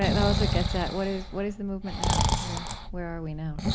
that also gets at what is what is the movement now? where where are we now?